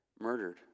murdered